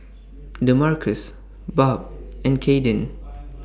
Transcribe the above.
Demarcus Barb and Kaiden